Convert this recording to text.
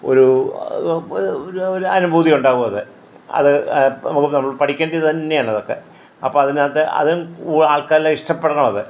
ഒരു ഒരു അനുഭൂതി ഉണ്ടാവും അത് അത് നമുക്ക് നമ്മള് പഠിക്കേണ്ടത് തന്നെയാണ് അതൊക്കെ അപ്പോൾ അതിനകത്തെ അത് ആൾക്കാര് ഇഷ്ടപ്പെടണം അത്